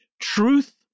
truth